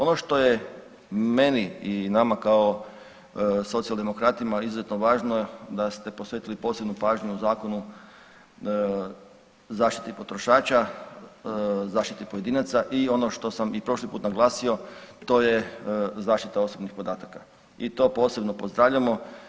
Ono što je meni i nama kao socijaldemokratima izuzetno važno da ste posvetili posebnu pažnju Zakonu o zaštiti potrošača, zaštiti pojedinaca i ono što sam i prošli put naglasio to je zaštita osobnih podataka i to posebno pozdravljamo.